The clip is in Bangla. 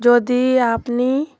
যদি আপনি